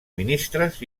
ministres